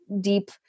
deep